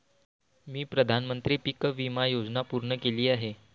मी प्रधानमंत्री पीक विमा योजना पूर्ण केली आहे